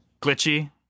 Glitchy